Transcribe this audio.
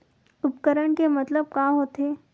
उपकरण के मतलब का होथे?